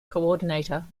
coordinator